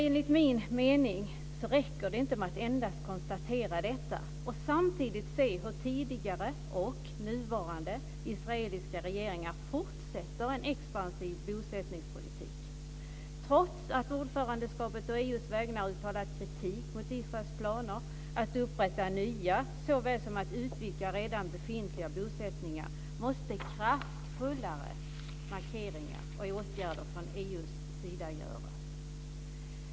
Enligt min mening räcker det inte med att endast konstatera detta och samtidigt se hur tidigare och nuvarande israeliska regeringar fortsätter en expansiv bosättningspolitik. Trots att ordförandelandet på EU:s vägnar uttalar kritik mot Israels planer på att upprätta nya såväl som att utvidga redan befintliga bosättningar måste kraftfullare markeringar och åtgärder från EU:s sida göras.